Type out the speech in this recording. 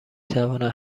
تواند